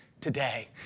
today